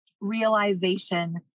realization